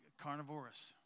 carnivorous